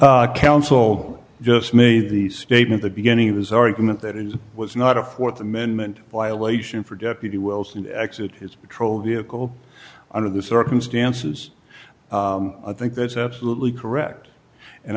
counsel just made the statement the beginning of his argument that it was not a th amendment violation for deputy wilson to exit his patrol vehicle under the circumstances i think that's absolutely correct and